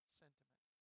sentiment